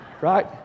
right